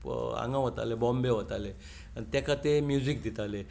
बॉम्बे वताले आनी ताका ते म्युझीक दिताले